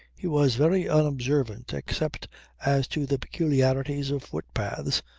he was very unobservant except as to the peculiarities of footpaths,